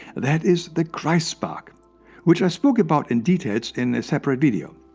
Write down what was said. that is the christ spark which i spoke about in details in a separate video.